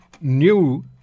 new